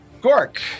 Gork